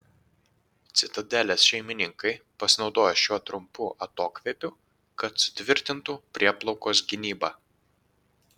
citadelės šeimininkai pasinaudojo šiuo trumpu atokvėpiu kad sutvirtintų prieplaukos gynybą